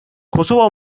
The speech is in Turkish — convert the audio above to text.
kosova